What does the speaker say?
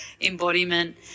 embodiment